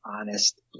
honest